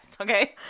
okay